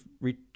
reach